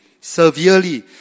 severely